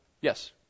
Yes